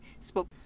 spoke